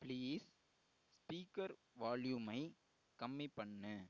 please speaker வால்யூமை கம்மி பண்ணு